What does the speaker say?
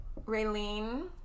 Raylene